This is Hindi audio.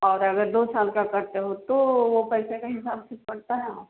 और अगर दो साल का करते हो तो वो पैसे का हिसाब से पड़ता है हाँ